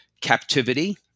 Captivity